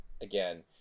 again